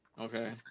Okay